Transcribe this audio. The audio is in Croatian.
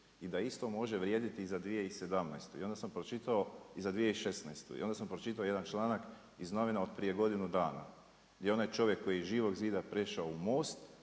i da isto može vrijediti i za 2017. I onda sam pročitao i za 2016. I onda sam pročitao jedan članak iz novina od prije godinu dana, gdje je onaj čovjek iz Živog zida prešao u MOST